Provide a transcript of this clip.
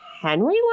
Henry